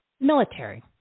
military